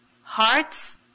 hearts